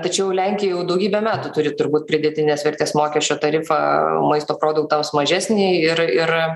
tačiau lenkija jau daugybę metų turi turbūt pridėtinės vertės mokesčio tarifą maisto produktams mažesnį ir ir